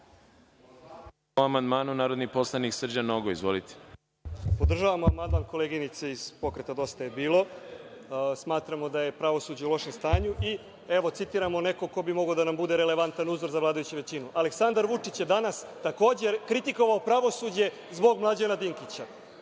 Po amandmanu, narodni poslanik Srđan Nogo. Izvolite. **Srđan Nogo** Podržavam amandman koleginice iz Pokreta Dosta je bilo. Smatramo da je pravosuđe u lošem stanju i, evo, citiramo nekog ko bi mogao da nam bude relevantan uzor za vladajuću većinu - Aleksandar Vučić je danas takođe kritikovao pravosuđe zbog Mlađana Dinkića.